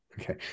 Okay